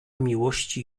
miłości